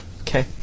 Okay